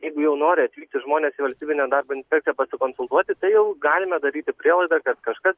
jeigu jau nori atvykti žmonės į valstybinę darbo inspekciją pasikonsultuoti tai jau galime daryti prielaidą kad kažkas